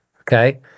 okay